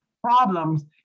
problems